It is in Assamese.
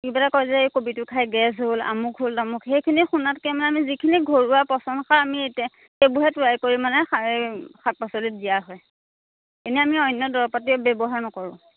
কিবা এটা কয় যে এই কবিটো খাই গেছ হ'ল অমুক হ'ল তমুক সেইখিনি শুনাতকৈ মানে আমি যিখিনি ঘৰুৱা পচন সাৰ আমি সেইবোৰহে তৈয়াৰ কৰি মানে শাক পাচলিত দিয়া হয় এনেই আমি অন্য দৰব পাতি ব্যৱহাৰ নকৰোঁ